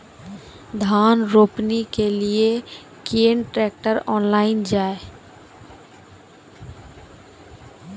धान रोपनी के लिए केन ट्रैक्टर ऑनलाइन जाए?